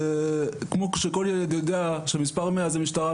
כמו שכל ילד יודע שהמספר 100 זה משטרה,